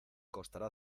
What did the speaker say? costará